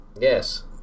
Yes